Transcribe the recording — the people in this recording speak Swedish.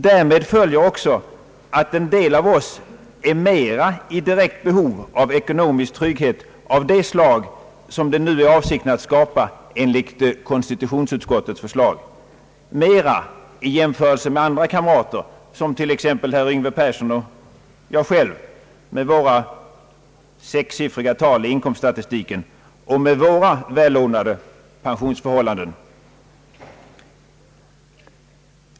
Därmed följer också att en del av oss är i mera direkt behov av ekonomisk trygghet av det slag, som avsikten är att skapa enligt konstitutionsutskottets förslag, än andra kamrater, som t.ex. herr Yngve Persson och jag själv med våra sexsiffriga tal i inkomststatistiken och med våra välordnade pensionsförhållanden.